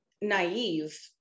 naive